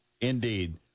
Indeed